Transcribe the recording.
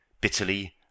bitterly